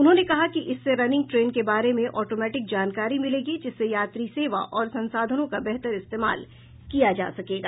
उन्होंने कहा कि इससे रनिंग ट्रेन के बारे में ऑटोमेटिक जानकारी मिलेगी जिससे यात्री सेवा और संसाधनों का बेहतर इस्तेमाल किया जा सकेगा